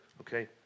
Okay